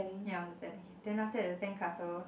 ya standing then after that the sandcastle